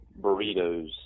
Burritos